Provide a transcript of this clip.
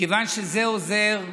מכיוון שזה עוזר לאנשים,